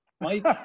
Mike